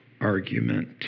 argument